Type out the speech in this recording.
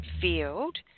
field